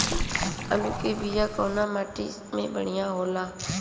आलू के बिया कवना माटी मे बढ़ियां होला?